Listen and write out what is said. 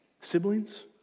Siblings